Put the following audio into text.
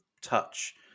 touch